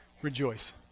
Rejoice